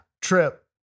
Trip